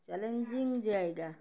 challenging জায়গা